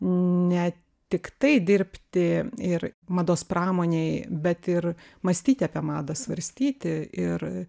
ne tiktai dirbti ir mados pramonėj bet ir mąstyti apie madą svarstyti ir